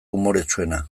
umoretsuena